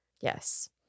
Yes